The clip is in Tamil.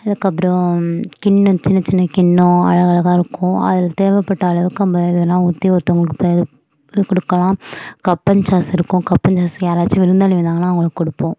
அதுக்கப்புறம் கிண்ணம் சின்ன சின்ன கிண்ணம் அழகழகாக இருக்கும் அதில் தேவைப்பட்ட அளவுக்கு நம்ம எது வேணுணா ஊற்றி ஒருத்தவங்களுக்கு இப்போ இது கொடுக்கலாம் கப் அண்ட் சாஸ் இருக்கும் கப் அண்ட் சாஸ் யாராச்சும் விருந்தாளி வந்தாங்கன்னா அவங்களுக்கு கொடுப்போம்